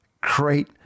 create